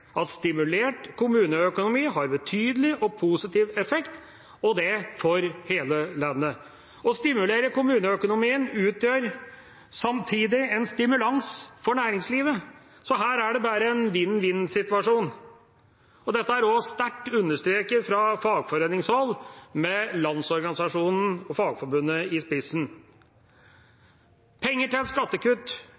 en stimulert kommuneøkonomi har betydelig og positiv effekt – og det for hele landet. Å stimulere kommuneøkonomien utgjør samtidig en stimulans for næringslivet, så her er det bare en vinn-vinn-situasjon. Dette er også sterkt understreket fra fagforeningshold, med Landsorganisasjonen og Fagforbundet i spissen. Penger til skattekutt